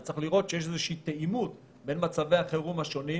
וצריך לראות שיש איזו שהיא תאימות בין מצבי החירום השונים,